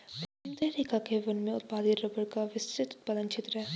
भूमध्यरेखा के वन क्षेत्र में उत्पादित रबर का विस्तृत उत्पादन क्षेत्र है